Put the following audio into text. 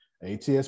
ATS